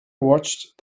watched